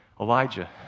Elijah